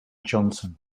johnson